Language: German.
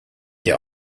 der